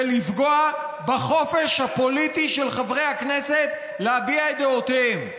זה לפגוע בחופש הפוליטי של חברי הכנסת להביע את דעותיהם.